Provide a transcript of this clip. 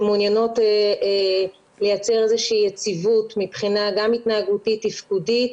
שמעוניינות לייצר איזו שהיא יציבות מבחינה התנהגותית תפקודית,